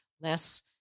less